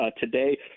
today